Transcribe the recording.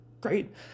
great